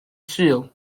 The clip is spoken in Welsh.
sul